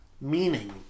meaning